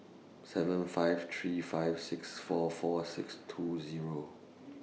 seven five three five six four four six two Zero